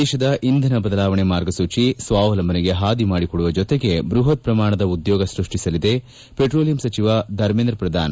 ದೇಶದ ಇಂಧನ ಬದಲಾವಣೆ ಮಾರ್ಗಸೂಚಿ ಸ್ವಾವಲಂಬನೆಗೆ ಹಾದಿ ಮಾಡಿಕೊಡುವ ಜೊತೆಗೆ ಬೃಹತ್ ಪ್ರಮಾಣದ ಉದ್ಲೋಗ ಸ್ಪಷ್ಟಿಸಲಿದೆ ಪೆಟ್ರೋಲಿಯಂ ಸಚಿವ ಧರ್ಮೇಂದ್ರ ಪ್ರದಾನ್